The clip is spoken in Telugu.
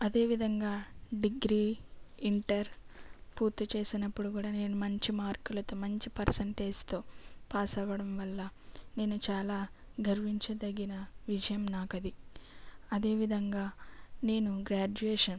అదే విధంగా డిగ్రీ ఇంటర్ పూర్తి చేసినప్పుడు కూడా నేను మంచి మార్కులతో మంచి పర్శంటేజ్తో పాస్ అవ్వడం వల్ల నేను చాల గర్వించదగిన విషయం నాకు అది అదే విధంగా నేను గ్రాడ్యుయేషన్